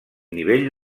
nivell